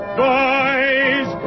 boys